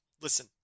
Listen